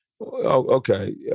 Okay